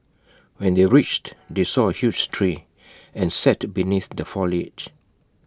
when they reached they saw A huge tree and sat beneath the foliage